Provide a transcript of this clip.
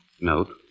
Note